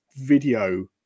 video